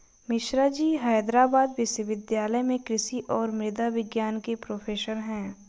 मिश्राजी हैदराबाद विश्वविद्यालय में कृषि और मृदा विज्ञान के प्रोफेसर हैं